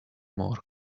morgue